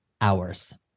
hours